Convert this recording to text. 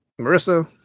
Marissa